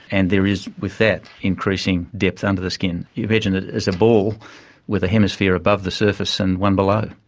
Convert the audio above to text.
and there is with that increasing depth under the skin. you can imagine it as a ball with a hemisphere above the surface and one below.